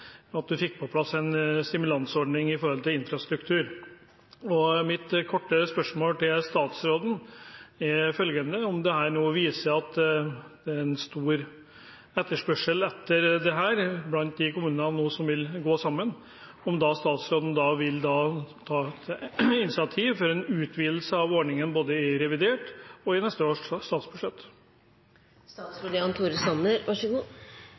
at vi fikk på plass en stimulansordning for infrastruktur. Mitt korte spørsmål til statsråden er følgende: Om dette nå viser at det er en stor etterspørsel etter dette blant kommunene som vil gå sammen, vil statsråden da ta initiativ til en utvidelse av ordningen både i revidert og i neste års statsbudsjett? Jeg er glad for vedtaket Stortinget gjør i dag. Det viser jo at en så